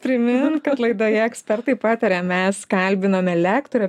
primint kad laidoje ekspertai pataria mes kalbinome lektorę